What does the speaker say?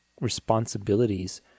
responsibilities